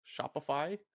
shopify